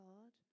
God